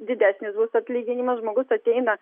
didesnis bus atlyginimas žmogus ateina